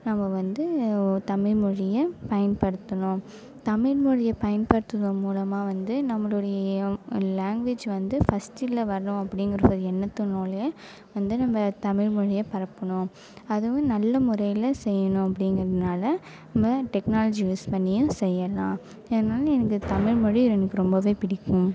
நம்ம வந்து தமிழ் மொழியும் பயன்படுத்துவோம் தமிழ் மொழியை பயன்படுத்துவதன் மூலமாக வந்து நம்மளுடைய லாங்வேஜ் வந்து ஃபஸ்டில் வரணும் அப்படிங்றதுக்கு எண்ணத்துனாலேயும் வந்து நம்ம தமிழ் மொழியை பரப்பணும் அதுவும் நல்ல முறையில் செய்யணும் அப்படிங்கறதுனால நியூ டெக்னாலஜி யூஸ் பண்ணி செய்யலாம் அதனால் இந்த தமிழ் மொழி எனக்கு ரொம்பவே பிடிக்கும்